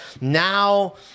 Now